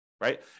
right